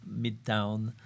Midtown